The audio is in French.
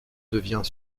devient